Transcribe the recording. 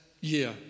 year